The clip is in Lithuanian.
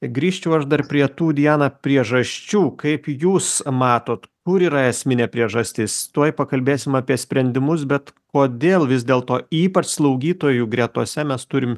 grįžčiau aš dar prie tų diana priežasčių kaip jūs matot kur yra esminė priežastis tuoj pakalbėsim apie sprendimus bet kodėl vis dėlto ypač slaugytojų gretose mes turim